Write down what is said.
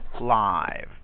live